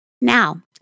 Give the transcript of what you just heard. now